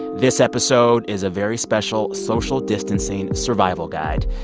this episode is a very special social distancing survival guide.